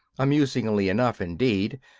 amusingly enough, indeed,